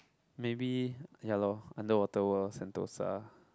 maybe ya lor underwater world Sentosa